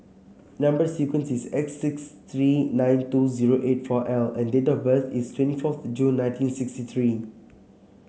number sequence is S six three nine two zero eight four L and date of birth is twenty fourth June nineteen sixty three